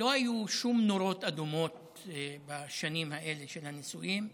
לא היו שום נורות אדומות בשנים האלה של הנישואים.